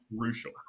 crucial